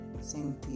Sentir